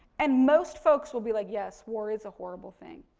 and, most folks will be like yes war is a horrible thing,